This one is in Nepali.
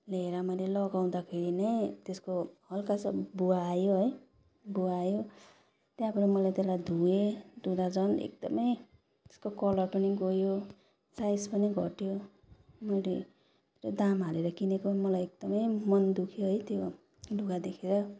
लिएर मैले लगाउँदाखेरि नै त्यसको हल्का सब भुवा आयो है भुवा आयो त्यहाँबाट मैले त्यसलाई धोएँ धुँदा झन् एकदम त्यसको कलर पनि गयो साइज पनि घट्यो मैले त्यत्रो दाम हालेर किनेको मलाई एकदम मन दुख्यो है त्यो लुगा देखेर